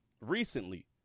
recently